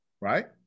right